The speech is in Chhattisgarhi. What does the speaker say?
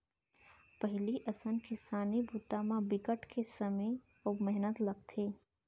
पहिली असन किसानी बूता म बिकट के समे अउ मेहनत लगथे